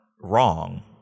wrong